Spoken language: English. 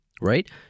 right